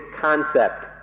concept